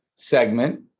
Segment